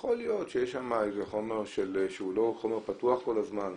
יכול להיות שיש שם חומר שהוא לא חומר פתוח כל הזמן,